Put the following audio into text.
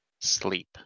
sleep